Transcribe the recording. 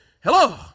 hello